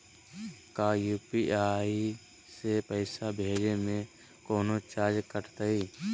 का यू.पी.आई से पैसा भेजे में कौनो चार्ज कटतई?